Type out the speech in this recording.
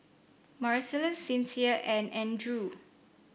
Marcellus Sincere and Andrew